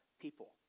people